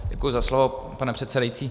Děkuji za slovo, pane předsedající.